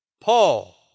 Paul